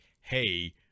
Hey